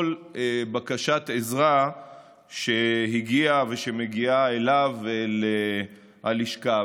בקשת עזרה שהגיעה ושמגיעה אליו ואל הלשכה,